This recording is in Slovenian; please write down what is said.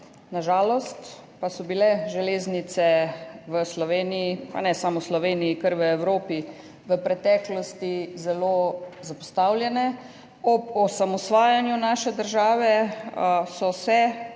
Na žalost pa so bile železnice v Sloveniji, pa ne samo v Sloveniji, v Evrop v preteklosti zelo zapostavljene. Ob osamosvajanju naše države so se takrat